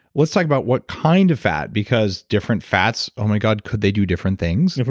let's talk about what kind of fat because different fats oh my god, could they do different things? and